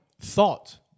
thought